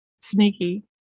sneaky